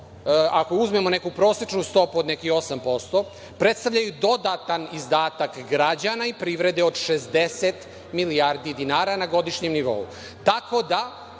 ako uzmemo neku prosečnu stopu od nekih 8% predstavljaju dodatni izdatak građana i privrede od 60 milijardi dinara na godišnjem nivou.